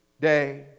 day